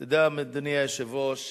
אתה יודע, אדוני היושב-ראש,